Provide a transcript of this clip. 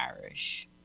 Irish